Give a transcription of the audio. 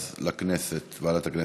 אז לכנסת, לוועדת הכנסת.